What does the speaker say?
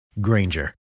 Granger